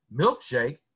milkshake